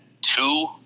two